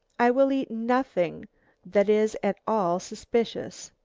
i will eat nothing that is at all suspicious.